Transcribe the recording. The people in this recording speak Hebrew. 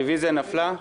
הרוויזיה נפלה.